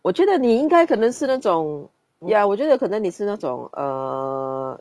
我觉得你应该可能是那种 ya 我觉得可能你是那种 err